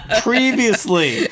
Previously